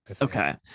Okay